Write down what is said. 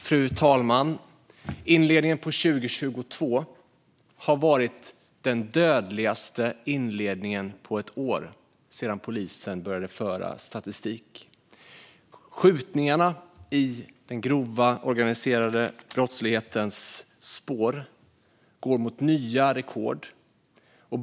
Fru talman! Inledningen på 2022 har varit den dödligaste inledningen på ett år sedan polisen började föra statistik. Skjutningarna i den grova organiserade brottslighetens spår går mot nya rekord.